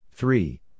Three